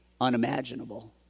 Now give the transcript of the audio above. unimaginable